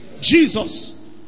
Jesus